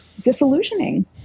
disillusioning